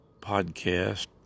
podcast